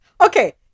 Okay